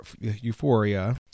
euphoria